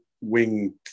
wing